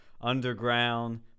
underground